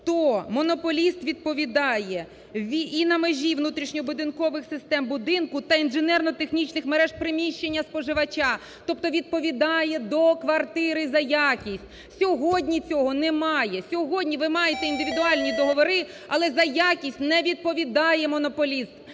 то монополіст відповідає і на межі внутрішньо-будинкових систем будинку та інженерно-технічних мереж приміщення споживача, тобто відповідає до квартири за якість. Сьогодні цього немає, сьогодні ви маєте індивідуальні договори, але за якість не відповідає монополіст.